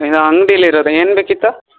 ಅಂಗ್ಡೀಲಿ ಇರೋದ ಏನು ಬೇಕಿತ್ತು